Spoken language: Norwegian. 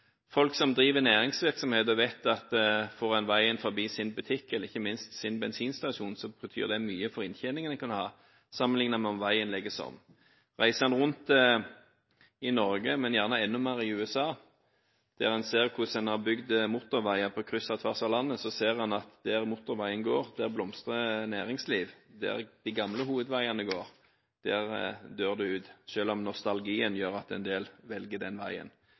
folk som driver næringsvirksomhet og vet at får en veien forbi sin butikk, eller ikke minst sin bensinstasjon, betyr det mye for inntjeningen sammenlignet med om veien legges om. Reiser en rundt i Norge, men gjerne enda mer i USA, der en ser hvordan en har bygd motorveier på kryss og tvers av landet, ser en at der motorveien går, blomstrer næringslivet, mens der de gamle hovedveiene går, dør det ut, selv om nostalgien gjør at en del velger den veien.